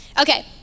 Okay